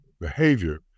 behavior